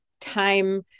time